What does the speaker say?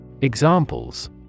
Examples